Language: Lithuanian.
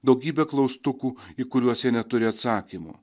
daugybė klaustukų į kuriuos jie neturi atsakymų